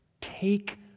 take